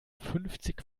fünfzig